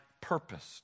purpose